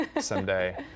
someday